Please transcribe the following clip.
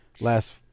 last